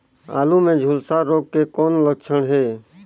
आलू मे झुलसा रोग के कौन लक्षण हे?